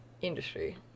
industry